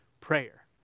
prayer